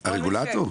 הרגולטור?